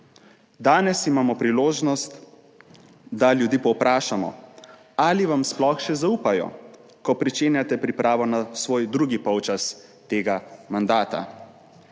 Danes imamo priložnost, da ljudi povprašamo, ali vam sploh še zaupajo, ko pričenjate pripravo na svoj drugi polčas tega mandata.